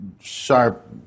sharp